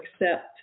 accept